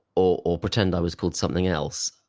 or or pretend i was called something else,